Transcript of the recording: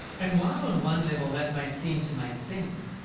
and while on one level that may seem to make sense,